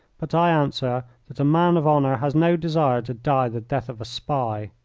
but i answer that a man of honour has no desire to die the death of a spy.